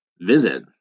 Visit